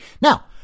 Now